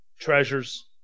treasures